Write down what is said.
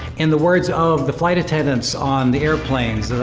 in the words of the flight attendants on the airplanes,